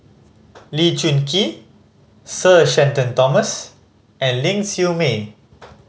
Lee Choon Kee Sir Shenton Thomas and Ling Siew May